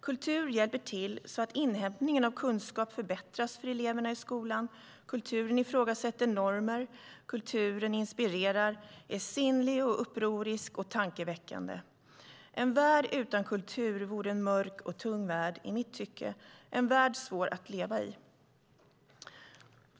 Kultur hjälper till så att inhämtningen av kunskap förbättras för eleverna i skolan. Kulturen ifrågasätter normer. Kulturen inspirerar och är sinnlig, upprorisk och tankeväckande. En värld utan kultur vore en mörk och tung värld, i mitt tycke en värld svår att leva i.